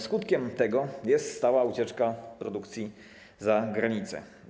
Skutkiem tego jest stała ucieczka produkcji za granicę.